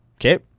Okay